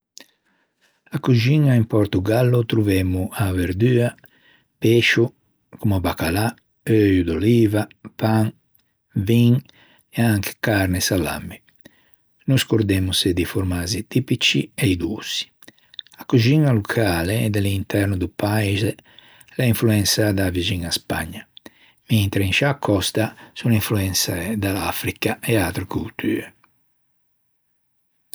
A coxiña in Portogallo trovemmo a verdua, pescio comme o bacalà, euio de oliva, pan, vin e anche carne e salamme. No scordemmose di formazzi tipici e dôsci. A coxiña locale, de l'interno do paise a l'é influensâ da-a vixiña Spagna, mentre in sciâ còsta son influensæ da l'Africa e atre coltue.